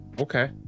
Okay